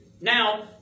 Now